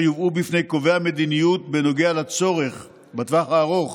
יובאו בפני קובעי המדיניות בנוגע לצורך בטווח הארוך